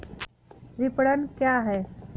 विपणन क्या है?